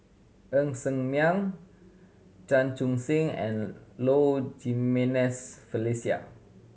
Ng Ser Miang Chan Chun Sing and Low Jimenez Felicia